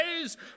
days